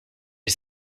que